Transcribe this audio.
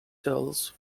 tills